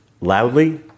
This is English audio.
loudly